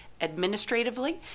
administratively